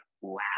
wow